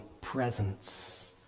presence